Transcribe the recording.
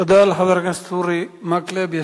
תודה לחבר הכנסת אורי מקלב.